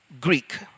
Greek